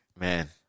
Man